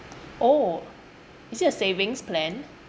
oh is it a savings plan